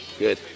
Good